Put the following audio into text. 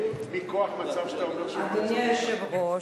אדוני היושב-ראש,